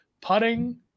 putting